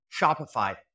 Shopify